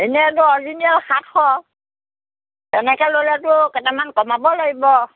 এনেইতো অৰিজিনেল সাতশ তেনেকৈ ল'লেতো কেইটামান কমাব লাগিব